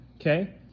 okay